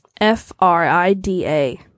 f-r-i-d-a